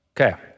Okay